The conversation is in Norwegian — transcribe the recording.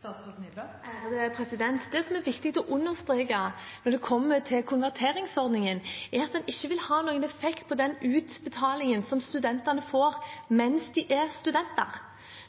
Det som det er viktig å understreke når det gjelder konverteringsordningen, er at det ikke vil ha noen effekt på utbetalingen som studentene får mens de er studenter.